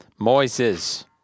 moises